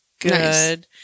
good